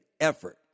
effort